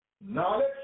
knowledge